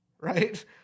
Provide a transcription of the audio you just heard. right